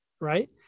right